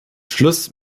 schluss